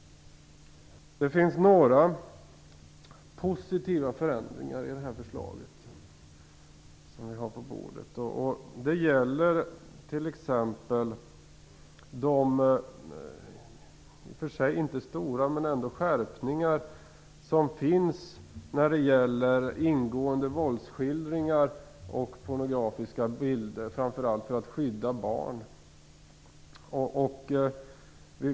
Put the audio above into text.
Det finns några positiva förändringar i det förslag som vi nu behandlar. Det gäller t.ex. de skärpningar som, även om de i och för sig inte är stora, föreslås när det gäller ingående våldsskildringar och pornografiska bilder, framför allt för att skydda barn.